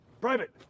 Private